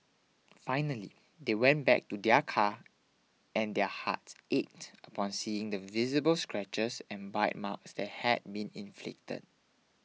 finally they went back to their car and their hearts ached upon seeing the visible scratches and bite marks that had been inflicted